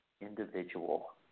individual